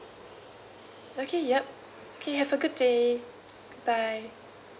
okay yup okay have a good day bye bye